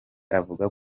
avuga